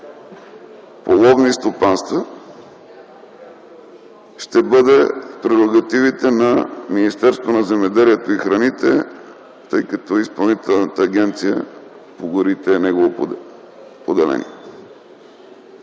по ловни стопанства ще бъде в прерогативите на Министерството на земеделието и храните, тъй като Изпълнителната агенция по горите е негово поделение.